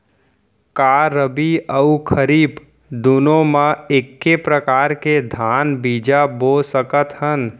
का रबि अऊ खरीफ दूनो मा एक्के प्रकार के धान बीजा बो सकत हन?